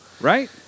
Right